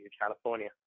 California